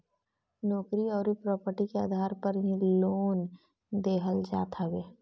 नोकरी अउरी प्रापर्टी के आधार पे ही लोन देहल जात हवे